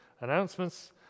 announcements